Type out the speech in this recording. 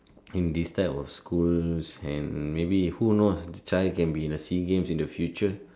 in this type of schools and maybe who knows the child can be in the S_E_A games in the future